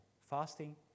Fasting